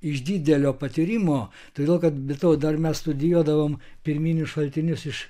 iš didelio patyrimo todėl kad be to dar mes studijuodavom pirminius šaltinius iš